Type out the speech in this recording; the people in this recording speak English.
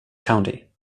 county